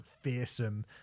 fearsome